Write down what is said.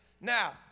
Now